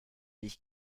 dich